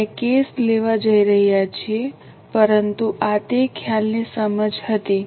આપણે કેસ લેવા જઈ રહ્યા છીએ પરંતુ આ તે ખ્યાલની સમજ હતી